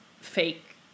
fake